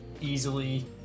easily